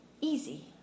easy